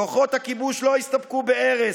כוחות הכיבוש לא הסתפקו בהרס,